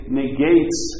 negates